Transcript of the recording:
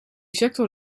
sector